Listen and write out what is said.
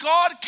God